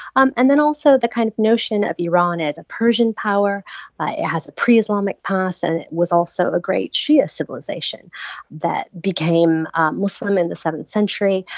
um and then also the kind of notion of iran as a persian power it has a pre-islamic past. and it was also a great shia civilization that became muslim in the seventh century.